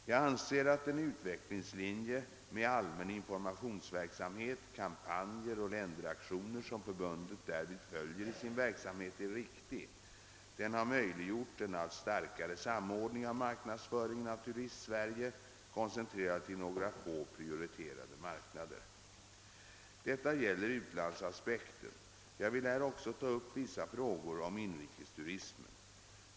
Jag anser att den utvecklingslinje med allmän informationsverksamhet, kampanjer och länderaktioner som förbundet därvid följer i sin: verksamhet är riktig. Den har möjliggjort en allt starkare samordning av marknadsföringen av Turistsverige, koncentrerad till några få prioriterade marknader. Detta gäller utlandsaspekten. Jag vill här också ta upp vissa frågor om inrikesturismen.